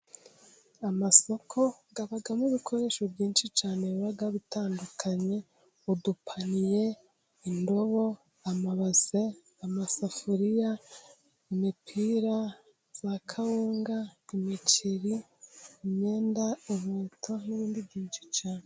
Amasoko abamo ibikoresho byinshi cyane biba bitandukanye udupaniye, indobo, amabase, amasafuriya, imipira, za kawunga, imiceri, imyenda, inkweto n'ibindi byinshi cyane.